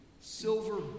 silver